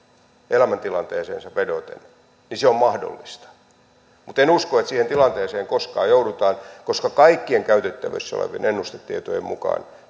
elämäntilanteeseensa vedoten niin se on mahdollista mutta en usko että siihen tilanteeseen koskaan joudutaan koska kaikkien käytettävissä olevien ennustetietojen mukaan